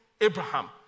Abraham